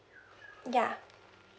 ya